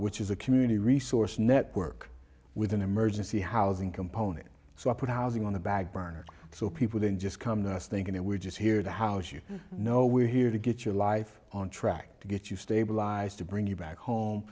which is a community resource network with an emergency housing component so i put housing on the bag burner so people don't just come to us thinking that we're just here to house you know we're here to get your life on track to get you stabilized to bring you back home